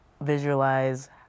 visualize